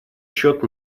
счет